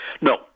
No